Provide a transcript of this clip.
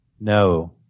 No